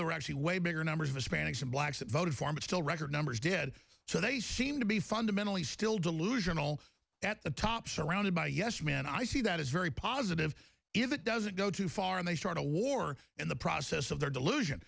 they're actually way bigger numbers of hispanics and blacks that voted for mitt still record numbers did so they seem to be fundamentally still delusional at the top surrounded by yes men i see that as very positive if it doesn't go too far and they start a war in the process of their delusion